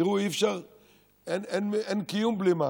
תראו, אין קיום בלי מים,